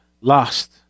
lost